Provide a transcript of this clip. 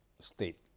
state